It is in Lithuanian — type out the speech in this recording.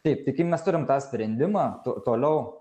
taip tai kai mes turim tą sprendimą toliau